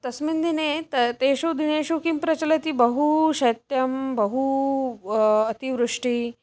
तस्मिन् दिने त तेषु दिनेषु किं प्रचलति बहुशैत्यं बहु अतिवृष्टिः